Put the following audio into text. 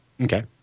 Okay